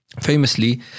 Famously